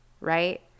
right